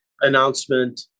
announcement